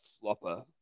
flopper